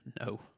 No